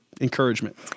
encouragement